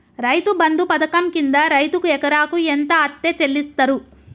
రైతు బంధు పథకం కింద రైతుకు ఎకరాకు ఎంత అత్తే చెల్లిస్తరు?